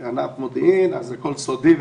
ב"זה ענף מודיעין אז הכול סודי".